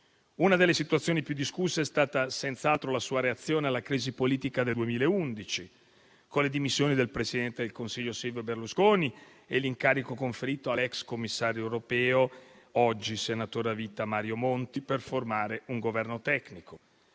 Una delle situazioni più discusse è stata senz'altro la sua reazione alla crisi politica del 2011, a seguito delle dimissioni del presidente del Consiglio Silvio Berlusconi, e l'incarico conferito all'ex commissario europeo, oggi senatore a vita Mario Monti, per formare un governo tecnico.